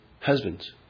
husbands